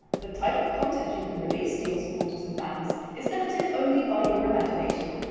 the type of content you can release to your supporters and fans is limited only by your imagination!